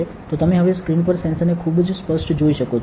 તો તમે હવે સ્ક્રીન પર સેન્સરને ખૂબ જ સ્પષ્ટ જોઈ શકો છો